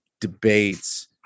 debates